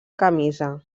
camisa